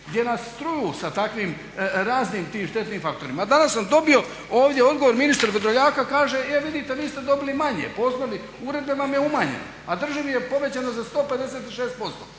gdje nas truju sa takvim raznim tim štetnim faktorima. Danas sam dobio ovdje odgovor ministra Vrdoljaka, kaže e vidite vi ste dobili manje, po osnovi ureda vam je umanjeno, a državi je povećano za 156%.